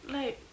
like